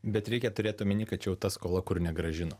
bet reikia turėti omeny kad ta skola kur negrąžino